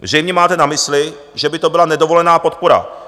Zřejmě máte na mysli, že by to byla nedovolená podpora.